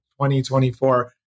2024